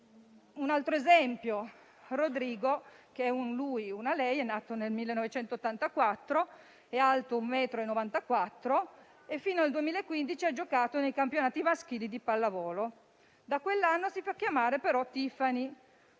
Un altro esempio è Rodrigo, che è un lui, una lei nato nel 1984, alto 1,94 metri e che fino al 2015 ha giocato nei campionati maschili di pallavolo. Da quell'anno si fa però chiamare Tiffany.